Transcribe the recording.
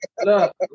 look